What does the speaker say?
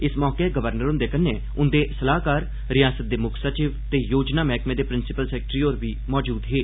इस मौके गवर्नर हुंदे कन्नै उंदे सलाह्कार रिआसत दे मुक्ख सचिव ते योजना मैह्कमे दे प्रिंसिपिल सैक्रेटरी होर बी उत्थे मौजूद हे